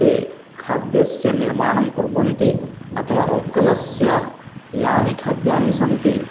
ते खाद्यस्य निर्माणं कुर्वन्ति अथवा उत्कलस्य यानि खाद्यानि सन्ति